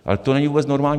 Ale to není vůbec normální.